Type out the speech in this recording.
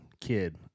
kid